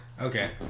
Okay